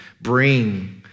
bring